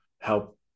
help